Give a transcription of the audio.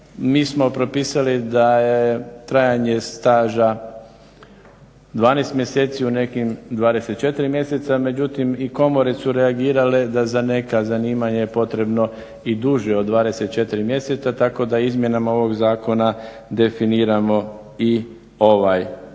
Mi smo propisali da je trajanje staža 12 mjeseci u nekim 24 mjeseci, međutim i komore su reagirale da za neka zanimanja je potrebno i duže od 24 mjeseca tako da izmjenama ovog zakona definiramo i ovaj dio